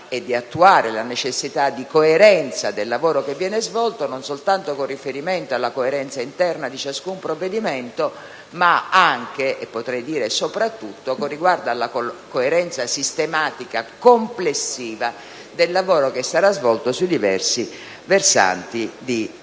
e di attuare la necessità di coerenza del lavoro che viene svolto, non soltanto con riferimento alla coerenza interna di ciascun provvedimento ma anche - potrei dire soprattutto - con riguardo alla coerenza sistematica complessiva del lavoro che sarà svolto sui diversi versanti di riforme.